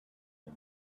had